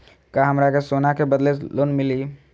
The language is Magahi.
का हमरा के सोना के बदले लोन मिलि?